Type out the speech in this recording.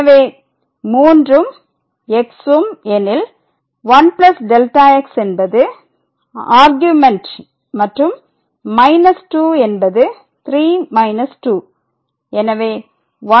எனவே 3ம் xம் எனில் 1Δx என்பது ஆர்க்கிவ் மென்ட் மற்றும் மைனஸ் 2 என்பது 3 2